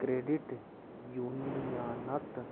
credit यूनियनत